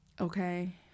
okay